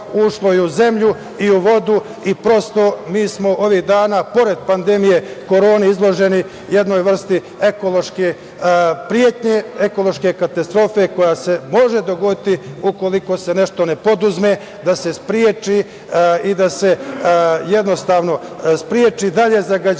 ušlo i u zemlju i u vodu i prosto, mi smo ovih dana pored pandemije korone, izloženi jednoj vrsti ekološke pretnje, ekološke katastrofe, koja se može dogoditi ukoliko se nešto ne poduzme, da se spreči i da se jednostavno spreči dalje zagađivanje